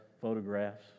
photographs